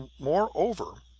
moreover,